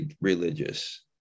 religious